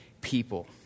people